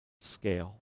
scale